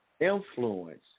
Influence